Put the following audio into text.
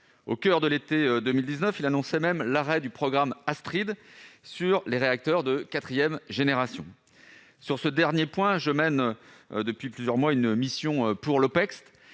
Au coeur de l'été 2019, il annonçait même l'arrêt du programme Astrid, dédié aux réacteurs de quatrième génération. Sur ce dernier point, je mène depuis plusieurs mois une mission pour l'Office